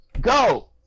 Go